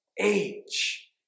age